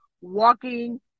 walking